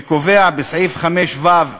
סעיף 5(ו),